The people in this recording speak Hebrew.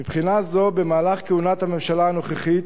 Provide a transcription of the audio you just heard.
מבחינה זו, במהלך כהונת הממשלה הנוכחית